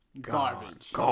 Garbage